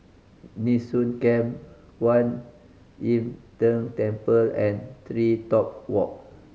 Nee Soon Camp Kwan Im Tng Temple and TreeTop Walk